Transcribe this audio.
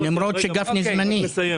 למרות שגפני זמני.